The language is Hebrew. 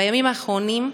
בימים האחרונים,